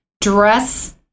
dress